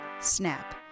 Snap